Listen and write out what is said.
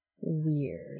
weird